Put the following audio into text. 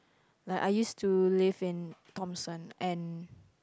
like I used to live in Thomson and